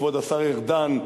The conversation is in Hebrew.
כבוד השר ארדן,